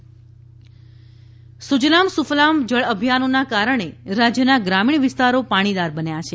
રાજકોટ સુજલામ સુફલામ જળ અભિયાનનોના કારણે રાજ્યના ગ્રા મીણ વિસ્તારો પાણીદાર બન્યા છે